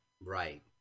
Right